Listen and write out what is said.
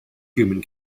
human